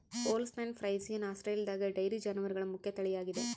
Holstein Friesian ಆಸ್ಟ್ರೇಲಿಯಾದಗ dairy ಜಾನುವಾರುಗಳ ಮುಖ್ಯ ತಳಿಯಾಗಿದೆ